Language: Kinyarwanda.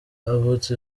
havutse